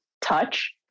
touch